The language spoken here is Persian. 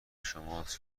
شماست